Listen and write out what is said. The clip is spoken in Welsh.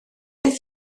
beth